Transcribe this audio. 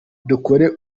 dukore